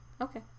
Okay